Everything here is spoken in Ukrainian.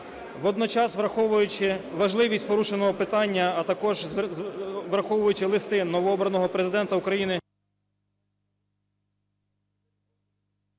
Водночас, враховуючи важливість порушеного питання, а також враховуючи листи новообраного Президента України…